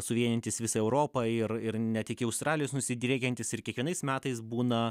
suvienijantis visą europą ir ir net iki australijos nusidriekiantis ir kiekvienais metais būna